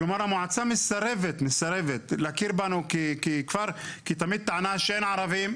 כלומר המועצה מסרבת להכיר בנו ככפר כי תמיד טענה שאין ערבים,